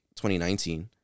2019